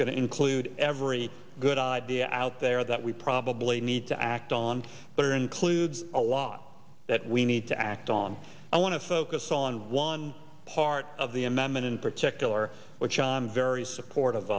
going to include every good idea out there that we probably need to act on that or includes a lot that we need to act on i want to focus on one part of the amendment in particular which i'm very supportive